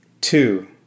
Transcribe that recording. Two